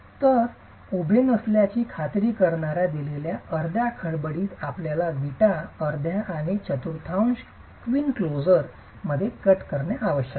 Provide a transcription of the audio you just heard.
तर उभे उभे नसल्याची खात्री करण्यासाठी दिलेल्या अर्ध्या खडबडीत आपल्याला विटा अर्ध्या आणि चतुर्थांश क्वीन क्लोजर मध्ये कट करणे आवश्यक आहे